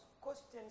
questions